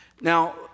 Now